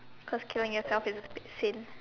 cause killing yourself is a sin